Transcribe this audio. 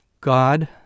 God